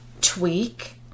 tweak